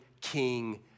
King